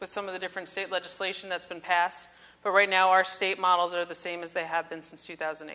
with some of the different state legislation that's been passed but right now our state models are the same as they have been since two thousand